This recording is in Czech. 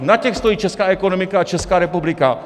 Na těch stojí česká ekonomika a Česká republika!